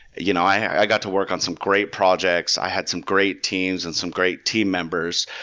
you know i got to work on some great projects. i had some great teams and some great team members.